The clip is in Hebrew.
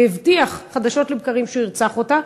והבטיח חדשות לבקרים שהוא ירצח אותה,